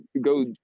go